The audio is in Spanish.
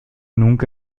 nunca